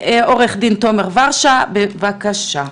עו"ד תומר ורשה, בבקשה,